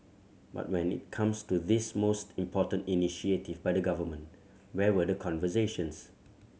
but when it comes to this most important initiative by the Government where were the conversations